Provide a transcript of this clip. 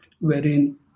wherein